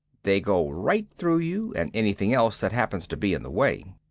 they go right through you and anything else that happens to be in the way.